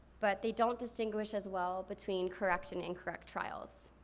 but they don't distinguish as well between correct and incorrect trials.